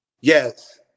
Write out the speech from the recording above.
Yes